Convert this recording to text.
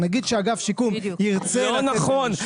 נגיד שאגף שיקום ירצה לתת משהו --- לא נכון,